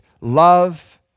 love